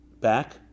back